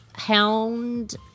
Hound